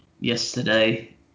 yesterday